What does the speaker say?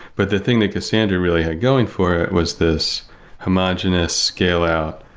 but the thing that cassandra really had going for was this homogenous scale out,